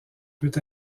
peut